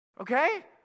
Okay